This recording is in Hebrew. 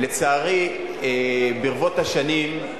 לצערי, ברבות השנים,